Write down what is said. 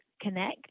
connect